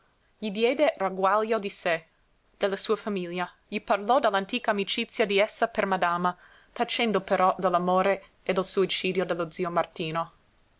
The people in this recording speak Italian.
gli diede ragguaglio di sé della sua famiglia gli parlò dell'antica amicizia di essa per madama tacendo però dell'amore e del suicidio dello zio martino